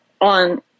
on